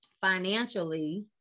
financially